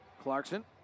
Clarkson